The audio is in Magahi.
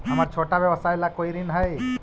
हमर छोटा व्यवसाय ला कोई ऋण हई?